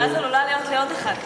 אבל אז עלולה להיות לי עוד אחת.